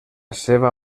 seva